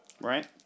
right